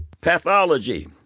pathology